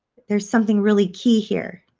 there's something really key here.